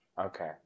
Okay